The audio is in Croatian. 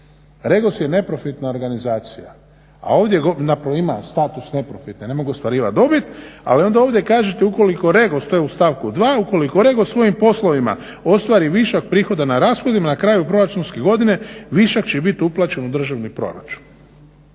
REGOS je neprofitna organizacija, zapravo ima status neprofitne, ne mogu ostvarivati dobit. Ali onda ovdje kažete ukoliko REGOS, to je u stavku 2., ukoliko REGOS svojim poslovima ostvari višak prihoda na rashodima, na kraju proračunske godine višak će biti uplaćen u državni proračun.